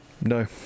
No